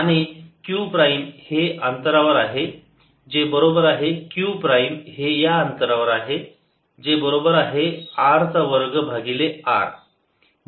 आणि q prime हे या अंतरावर आहे जे बरोबर आहे q प्राईम हे या अंतरावर आहे जे बरोबर आहे R चा वर्ग भागिले r